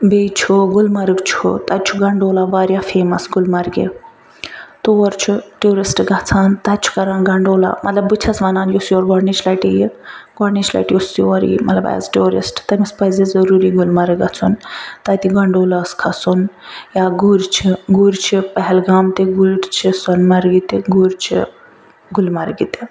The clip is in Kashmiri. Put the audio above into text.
بیٚیہِ چھُ گُلمرگ چھُ تتہِ چھُ گنڈولا واریاہ فیمس گُلمرگہِ تور چھِ ٹیٛوٗرسٹہٕ گژھان تتہِ چھِ کران گنڈولا مطلب بہٕ چھیٚس ونان یُس یور گۄڈٕنِچہِ لٹہِ یی گۄڈٕنِچہِ لٹہِ یُس یور یی مطلب ایز ٹیٛوٗرسٹہِ تٔمِس پزِ ضروری گُلمرگ گژھُن تتہٕ گنڈولا ہس کھسُن یا گُرۍ چھِ گُرۍ چھِ پہلگام تہِ گُرۍ چھِ سۄنہِ مرگہِ تہِ گُرۍ چھِ گلمرگہِ تہِ